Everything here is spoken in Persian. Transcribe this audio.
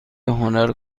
هنر